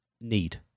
need